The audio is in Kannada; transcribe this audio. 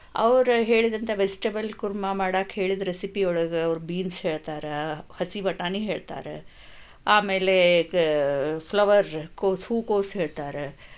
ಅವರು ಹೇಳಿದಂಥ ವೆಜ್ಟೇಬಲ್ ಕುರ್ಮ ಮಾಡಕ್ಕೆ ಹೇಳಿದ ರೆಸಿಪಿ ಒಳಗೆ ಅವರು ಬೀನ್ಸ್ ಹೇಳ್ತಾರೆ ಹಸಿ ಬಟಾಣಿ ಹೇಳ್ತಾರೆ ಆಮೇಲೆ ಫ್ಲವರ್ ಕೋಸು ಹೂಕೋಸು ಹೇಳ್ತಾರೆ